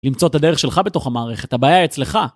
למצוא את הדרך שלך בתוך המערכת, הבעיה היא אצלך.